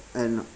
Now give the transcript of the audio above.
and